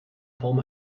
form